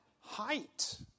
height